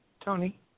Tony